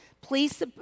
Please